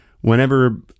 whenever